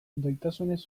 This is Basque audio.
doitasunez